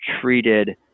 treated